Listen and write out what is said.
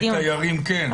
לגבי תיירים, כן.